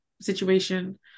situation